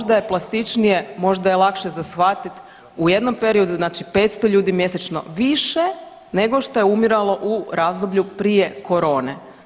Možda je plastičnije, možda je lakše za shvatiti, u jednom periodu, znači 500 ljudi mjesečno više nego što je umiralo u razdoblju prije korone.